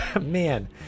man